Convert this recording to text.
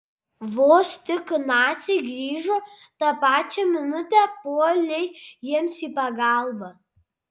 vos tik naciai grįžo tą pačią minutę puolei jiems į pagalbą